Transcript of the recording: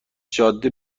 جاده